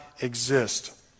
exist